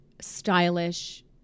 stylish